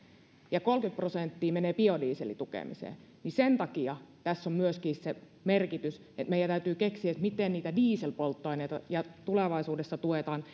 ja kolmekymmentä prosenttia menee biodieselin tukemiseen ja sen takia tässä on myöskin se merkitys että meidän täytyy keksiä miten dieselpolttoaineita tulevaisuudessa tuetaan